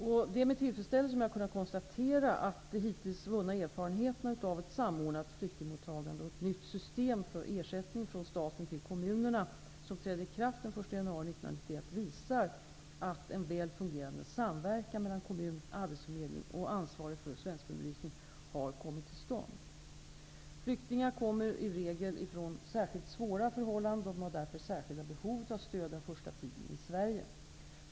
Det är med tillfredsställelse som jag har kunnat konstatera att de hittills vunna erfarenheterna av ett samordnat flyktingmottagande och nytt system för ersättning från staten till kommunerna m.m. januari 1991, visar att en väl fungerande samverkan mellan kommun, arbetsförmedling och ansvarig för svenskundervisning har kommit till stånd. Flyktingar kommer i regel från särskilt svåra förhållanden. De har därför särskilda behov av stöd den första tiden i Sverige.